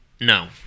no